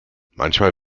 manchmal